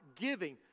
giving